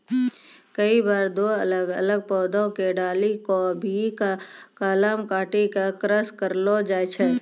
कई बार दो अलग अलग पौधा के डाली कॅ भी कलम काटी क क्रास करैलो जाय छै